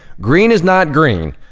green is not green.